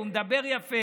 הוא מדבר יפה,